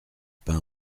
pin